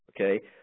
Okay